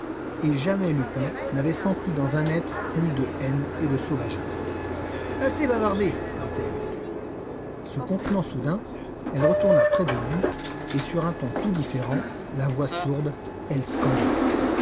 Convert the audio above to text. et jamais lupin n'avait senti dans un être plus de haine et de sauvagerie assez bavardé dit-elle se contenant soudain elle retourna près de lui et sur un ton tout différent la voix sourde elle scanda